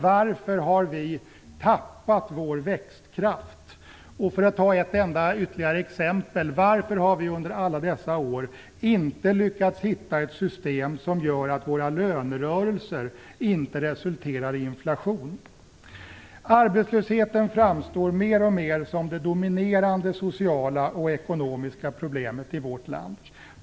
Varför har vi tappat vår växtkraft? För att ta ytterligare ett exempel: Varför har vi under alla dessa år inte lyckats hitta ett system som gör att våra lönerörelser inte resulterar i inflation? Arbetslösheten framstår mer och mer som det dominerande sociala och ekonomiska problemet i vårt land.